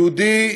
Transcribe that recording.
יהודי,